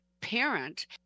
parent